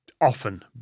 often